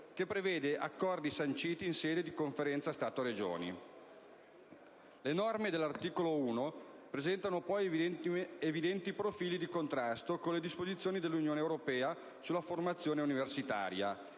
che prevede accordi sanciti in sede di Conferenza Stato-Regioni. Le norme dell'articolo 1-*septies* presentano poi evidenti profili di contrasto con le disposizioni dell'Unione europea sulla formazione universitaria